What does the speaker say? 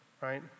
right